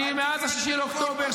אני מאז 6 באוקטובר,